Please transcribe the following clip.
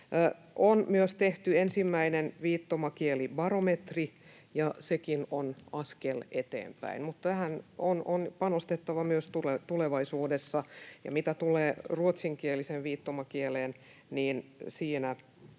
On myös tehty ensimmäinen viittomakielibarometri, ja sekin on askel eteenpäin, mutta tähän on panostettava myös tulevaisuudessa. Ja mitä tulee ruotsinkieliseen viittomakieleen, niin nyt